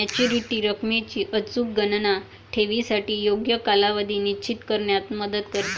maturity रकमेची अचूक गणना ठेवीसाठी योग्य कालावधी निश्चित करण्यात मदत करते